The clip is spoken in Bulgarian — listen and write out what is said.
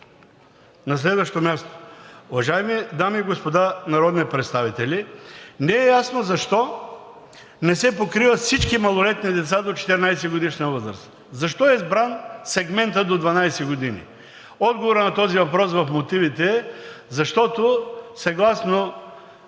На следващо място, уважаеми дами и господа народни представители, не е ясно защо не се покриват всички малолетни лица до 14-годишна възраст. Защо е избран сегментът до 12 години? Отговорът на този въпрос в мотивите е: защото в Закона